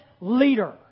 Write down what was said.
leader